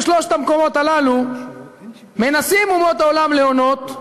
בשלושת המקומות הללו מנסים אומות העולם להונות.